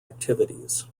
activities